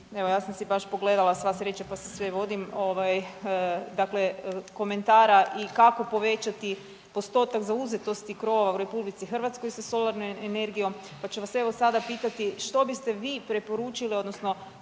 evo ja sam si baš pogledala, sva sreća pa si sve vodim, ovaj dakle komentara i kako povećati postotak zauzetosti krovova u RH sa solarnom energijom, pa ću vas evo sada pitati što biste vi preporučili odnosno